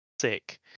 sick